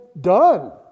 done